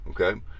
Okay